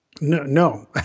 no